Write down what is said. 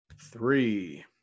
three